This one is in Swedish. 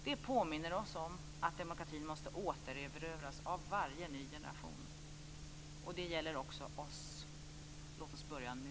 Det påminner oss om att demokratin måste återerövras av varje ny generation. Det gäller också oss. Låt oss börja nu.